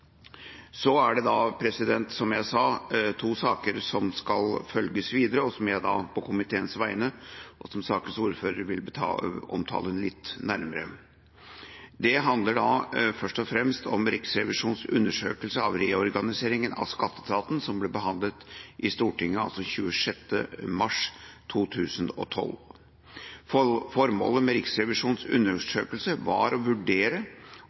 Så er det, som jeg sa, to saker som skal følges videre, og som jeg på komiteens vegne og som sakens ordfører vil omtale litt nærmere. Det handler først og fremst om Riksrevisjonens undersøkelse av reorganiseringa av skatteetaten, som ble behandlet i Stortinget 26. mars 2012. Formålet med Riksrevisjonens undersøkelse var å vurdere